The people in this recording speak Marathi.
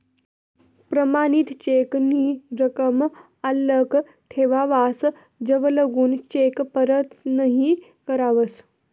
प्रमाणित चेक नी रकम आल्लक ठेवावस जवलगून चेक परत नहीं करावस